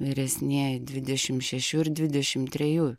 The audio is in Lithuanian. vyresnieji dvidešim šešių ir dvidešim trejų